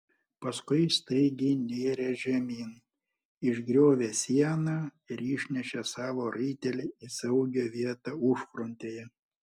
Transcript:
paskui staigiai nėrė žemyn išgriovė sieną ir išnešė savo raitelį į saugią vietą užfrontėje